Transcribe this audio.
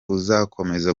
uzakomeza